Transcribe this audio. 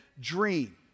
dream